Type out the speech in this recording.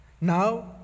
now